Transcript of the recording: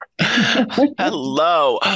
hello